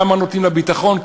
כמה נותנים לביטחון?